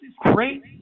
great